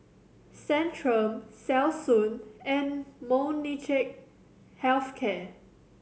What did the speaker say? Centrum Selsun and Molnylcke Health Care